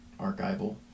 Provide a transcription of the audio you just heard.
archival